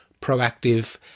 proactive